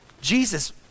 Jesus